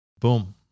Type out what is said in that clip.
Boom